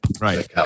Right